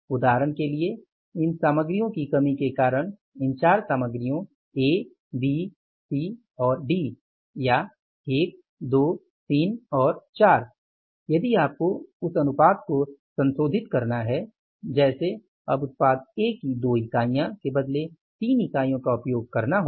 उदाहरण के लिए इन सामग्रियों की कमी के कारण इन 4 सामग्रियों A B C और D या 1 2 3 और 4 यदि आपको उस अनुपात को संशोधित करना है जैसे अब उत्पाद A की 2 इकाइयाँ के बदले 3 इकाइयों का उपयोग करना होगा